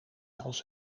als